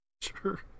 Sure